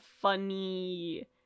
funny